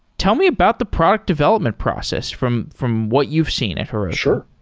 tell me about the product development process from from what you've seen at heroku sure.